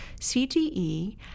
CTE